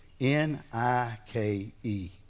N-I-K-E